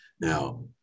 Now